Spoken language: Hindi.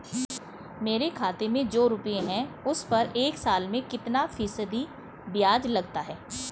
मेरे खाते में जो रुपये हैं उस पर एक साल में कितना फ़ीसदी ब्याज लगता है?